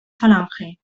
falange